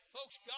Folks